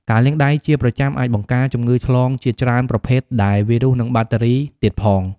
ការលាងដៃជាប្រចាំអាចបង្ការជំងឺឆ្លងជាច្រើនប្រភេទ ដែលវីរុស និងប៉ាក់តេរីទៀតផង។